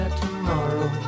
tomorrow